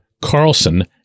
Carlson